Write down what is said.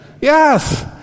Yes